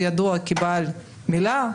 הוא ידוע כבעל מילה,